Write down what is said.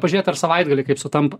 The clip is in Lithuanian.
pažiūrėt ar savaitgalį kaip sutampa